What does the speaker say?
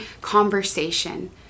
conversation